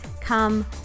come